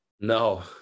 No